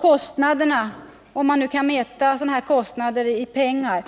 Kostnaderna för samhället — om man nu kan mäta sådana här kostnader i pengar